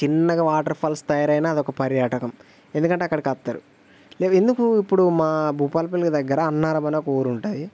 చిన్నగా వాటర్ఫాల్స్ తయారైన అది ఒక పర్యాటకం ఎందుకంటే అక్కడకి అత్తరు లేదా ఎందుకు ఇప్పుడు మా భూపాలపల్లికి దగ్గర అన్నారం అనే ఒక ఊరు ఉంటుంది